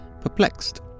perplexed